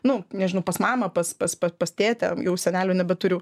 nu nežinau pas mamą pas pas pas tėtę jau senelių nebeturiu